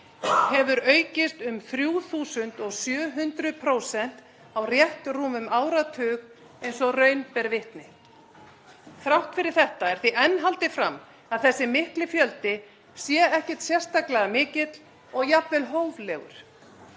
hefur aukist um 3.700% á rétt rúmum áratug eins og raun ber vitni. Þrátt fyrir þetta er því enn haldið fram að þessi mikli fjöldi sé ekkert sérstaklega mikill og jafnvel hóflegur,